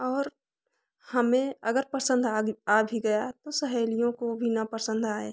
और हमें अगर पसंद आ आ भी गया तो सहेलियों को भी ना पसंद आए